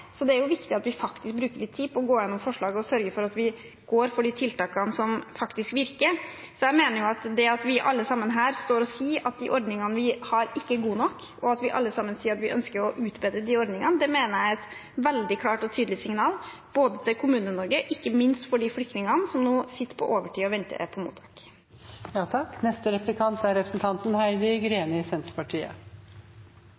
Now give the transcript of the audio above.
Så det er jo viktig at vi faktisk bruker litt tid på å gå igjennom forslaget og sørger for at vi går for de tiltakene som faktisk virker. Det at vi alle sammen her står og sier at de ordningene vi har, ikke er gode nok, og at vi alle sammen sier at vi ønsker å utbedre de ordningene, mener jeg er et veldig klart og tydelig signal til Kommune-Norge og ikke minst til de flyktningene som nå sitter på overtid på mottak og venter.